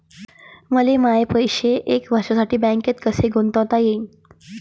मले माये पैसे एक वर्षासाठी बँकेत कसे गुंतवता येईन?